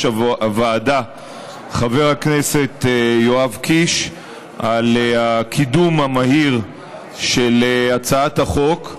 הוועדה חבר הכנסת יואב קיש על הקידום המהיר של הצעת החוק.